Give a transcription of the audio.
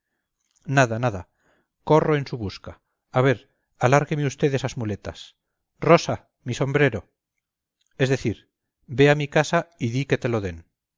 nada nada corro en su busca a ver alárgueme usted esas muletas rosa mi sombrero es decir ve a mi casa y di que te lo den o si no tráeme que ahí estará en la alcoba mi gorra de cuartel y el sable pero no no